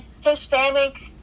Hispanic